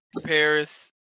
Paris